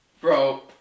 Bro